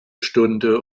stunde